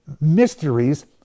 mysteries